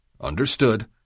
Understood